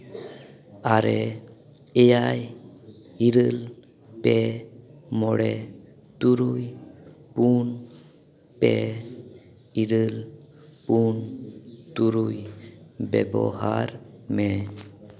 ᱟᱨᱮ ᱮᱭᱟᱭ ᱤᱨᱟᱹᱞ ᱯᱮ ᱢᱚᱬᱮ ᱛᱩᱨᱩᱭ ᱯᱩᱱ ᱯᱮ ᱤᱨᱟᱹᱞ ᱯᱩᱱ ᱛᱩᱨᱩᱭ ᱵᱮᱵᱚᱦᱟᱨ ᱢᱮ